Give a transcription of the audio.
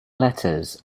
letters